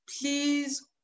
please